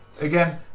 Again